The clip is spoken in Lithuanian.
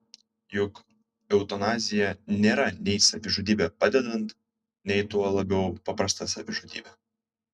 juk eutanazija nėra nei savižudybė padedant nei tuo labiau paprasta savižudybė